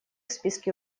списке